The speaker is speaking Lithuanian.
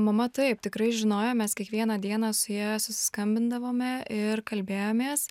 mama taip tikrai žinojo mes kiekvieną dieną su ja susiskambindavome ir kalbėjomės